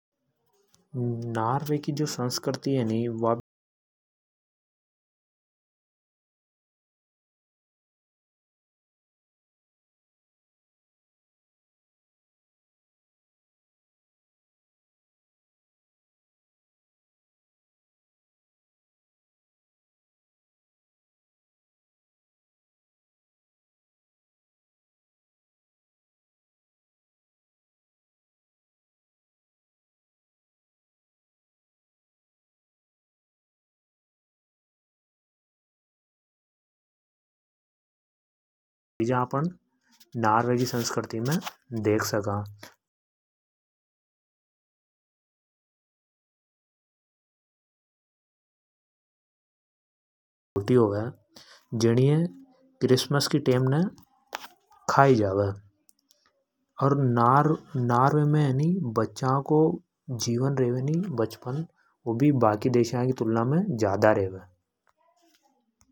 ﻿नॉर्वे की जो संस्कृति है नि वा चिजा अपण नॉर्वे की संस्कृति मे देख सका। होवे जनी ये क्रिसमस की टेम् ने खाई जावे। अर नार्वे में बच्चों को रेवे नि जीवन र बचपन वु भी बाकी देशया की तुलना में ज्यादा रेवे।